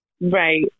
right